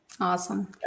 Awesome